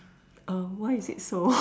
um why is it so